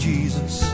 Jesus